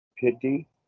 pity